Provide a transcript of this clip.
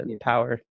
power